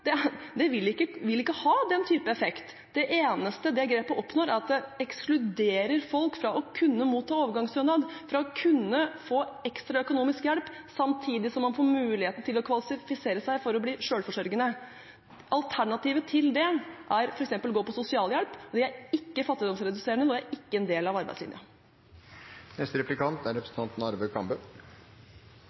ikke vil ha den typen effekt. Det eneste man oppnår med det grepet, er at det ekskluderer folk fra å kunne motta overgangsstønad, fra å kunne få ekstra økonomisk hjelp samtidig som man får muligheten til å kvalifisere seg til å bli selvforsørgende. Alternativet til det er f.eks. å gå på sosialhjelp. Det er ikke fattigdomsreduserende og er ikke en del av